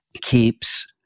Keeps